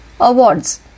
awards